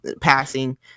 passing